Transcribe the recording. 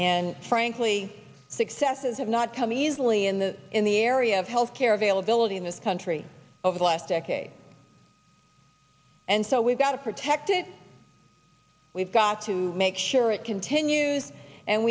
and frankly successes have not come easily in the in the area of health care availability in this country over the last decade and so we've got to protect it we've got to make sure it continues and